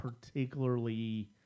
particularly